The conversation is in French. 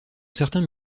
certains